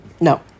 No